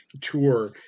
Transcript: tour